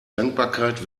dankbarkeit